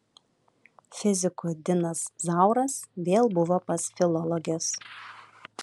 fizikų dinas zauras vėl buvo pas filologes